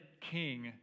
king